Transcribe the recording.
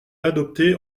adoptée